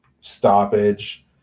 stoppage